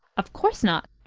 of course not.